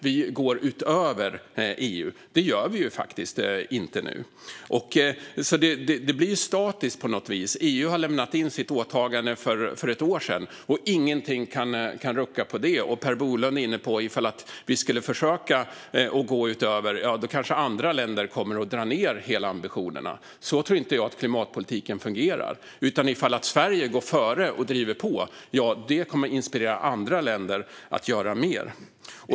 Vi går utöver EU. Det gör vi ju faktiskt inte nu. Det blir statiskt på något vis. EU lämnade in sitt åtagande för ett år sedan, och ingenting kan rucka på det. Per Bolund är inne på att om vi skulle försöka gå utöver det kanske andra länder kommer att dra ned ambitionerna. Så tror inte jag att klimatpolitiken fungerar. Om Sverige går före och driver på kommer det att inspirera andra länder att göra mer.